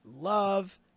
love